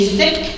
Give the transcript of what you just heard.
sick